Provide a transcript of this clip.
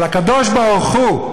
אבל הקדוש ברוך הוא,